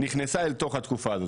נכנסה אל תוך התקופה הזאת,